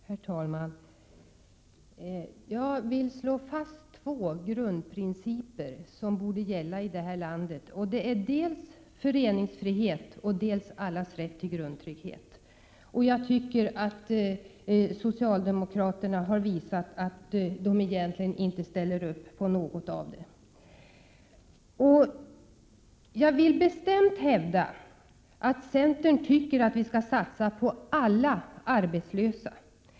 Herr talman! Jag vill slå fast två grundprinciper som borde gälla i det här landet, dels föreningsfriheten, dels allas rätt till grundtrygghet. Jag tycker att socialdemokraterna har visat att de egentligen inte ställer upp bakom någon av dessa principer. Jag vill bestämt hävda att centern anser att man skall satsa på alla arbetslösa.